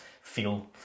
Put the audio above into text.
feel